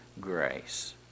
grace